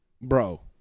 bro